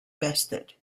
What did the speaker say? bested